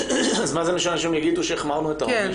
אז מה זה משנה אם החמרנו בעונש?